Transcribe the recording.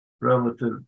relative